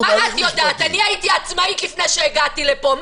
אני הייתי עצמאית לפני שהגעתי לפה.